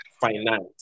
finance